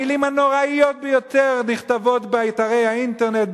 המלים הנוראיות ביותר נכתבות באתרי האינטרנט,